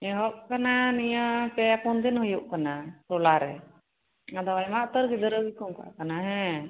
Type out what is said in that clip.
ᱮᱦᱚᱵ ᱠᱟᱱᱟ ᱱᱤᱭᱟᱹ ᱯᱮ ᱯᱩᱱ ᱫᱤᱱ ᱦᱩᱭᱩᱜ ᱠᱟᱱᱟ ᱴᱚᱞᱟᱨᱮᱱ ᱟᱫᱚ ᱟᱭᱢᱟ ᱩᱛᱟᱹᱨ ᱜᱤᱫᱽᱨᱟᱹ ᱜᱮᱠᱚ ᱚᱱᱠᱟᱜ ᱠᱟᱱᱟ ᱦᱮᱸ